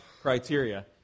criteria